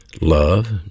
Love